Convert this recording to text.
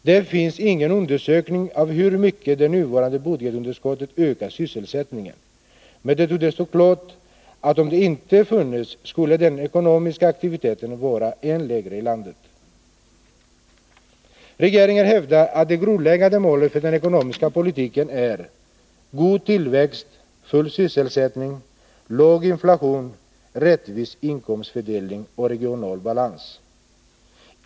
Det finns ingen undersökning av hur mycket det nuvarande budgetunderskottet ökar sysselsättningen, men det torde stå klart att om det inte funnes, skulle den ekonomiska aktiviteten vara än lägre i landet. Regeringen hävdar att de grundläggande målen för den ekonomiska politiken är: god tillväxt, full sysselsättning, låg inflation, rättvis inkomstfördelning och regional balans.